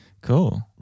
Cool